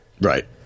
Right